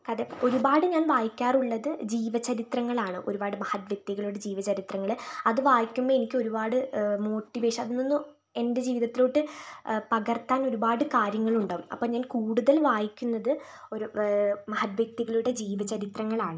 കഥ ഒരുപാട് ഞാൻ വായിക്കാറുള്ളത് ജീവചരിത്രങ്ങളാണ് ഒരുപാട് മഹത് വ്യക്തികളുടെ ജീവചരിത്രങ്ങൾ അത് വായിക്കുമ്പോൾ എനിക്ക് ഒരുപാട് മോട്ടിവേഷൻ അതിൽ നിന്നും എൻ്റെ ജീവിതത്തിലോട്ട് പകർത്താൻ ഒരുപാട് കാര്യങ്ങൾ ഉണ്ടാകും അപ്പോൾ ഞാൻ കൂടുതൽ വായിക്കുന്നത് ഒരു മഹത് വ്യക്തികളുടെ ജീവചരിത്രങ്ങൾ ആണ്